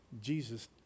Jesus